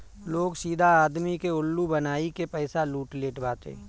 लोग सीधा आदमी के उल्लू बनाई के पईसा लूट लेत बाटे